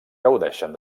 gaudeixen